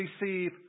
receive